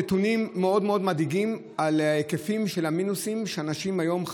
נתונים מאוד מאוד מדאיגים על היקפי המינוס של האנשים היום,